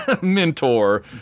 mentor